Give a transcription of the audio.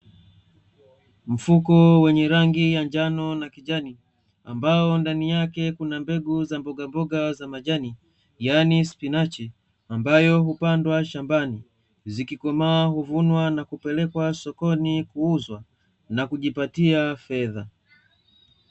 Mfuko wenye rangi ya njano na kijani, ambao ndani yake kuna mbegu za mbogamboga za majani, yaani spinachi, ambayo hupandwa shambani; zikikomaa huvunwa na kupelekwa sokoni kuuzwa, na kujipatia fedha.